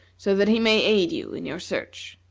so that he may aid you in your search.